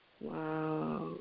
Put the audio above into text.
Wow